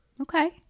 Okay